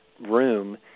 room